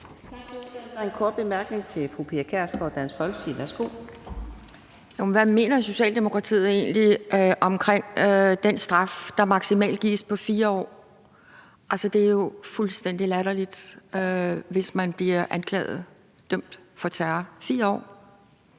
Hvad mener Socialdemokratiet egentlig om den straf, der maksimalt gives på 4 år? Altså, det er jo fuldstændig latterligt, at man, hvis man bliver anklaget og dømt for terror, får 4 år.